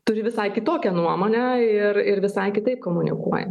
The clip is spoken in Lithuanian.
turi visai kitokią nuomonę ir ir visai kitaip komunikuoja